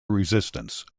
resistance